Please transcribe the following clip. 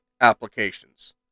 applications